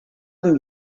amb